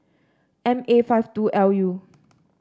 M A five two L U